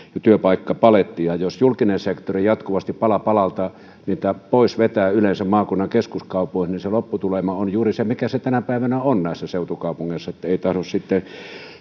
työpaikkapaletti ja jos julkinen sektori jatkuvasti pala palalta niitä pois vetää yleensä maakunnan keskuskaupunkeihin niin se lopputulema on juuri se mikä se tänä päivänä on näissä seutukaupungeissa että ei tahdo